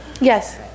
Yes